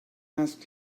asked